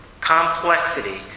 complexity